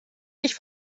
nicht